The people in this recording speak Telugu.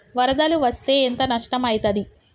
వరదలు వస్తే ఎంత నష్టం ఐతది?